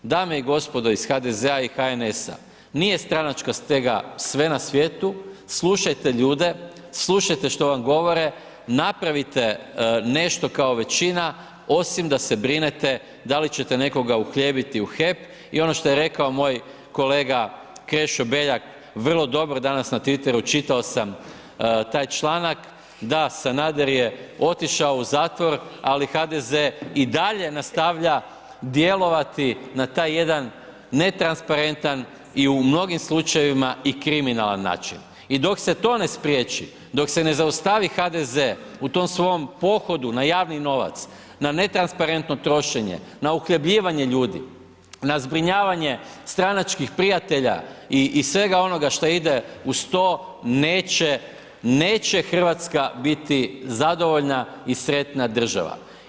Dame i gospodo iz HDZ-a i HNS-a, nije stranačka stega sve na svijetu, slušajte ljude, slušajte što vam govore, napravite nešto kao većina, osim da se brinete da li ćete nekoga uhljebiti u HEP i ono što je rekao moj kolega Krešo Beljak, vrlo dobro danas na Twitteru čitao sam taj članak da Sanader je otišao u zatvor, ali HDZ i dalje nastavlja djelovati na taj jedan netransparentan i u mnogim slučajevima i kriminalan način i dok se to ne spriječi, dok se ne zaustavi HDZ u tom svom pohodu na javni novac, na netransparentno trošenje, na uhljebljivanje ljudi, na zbrinjavanje stranačkih prijatelja i svega onoga šta ide uz to, neće, neće RH biti zadovoljna i sretna država.